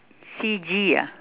C G ah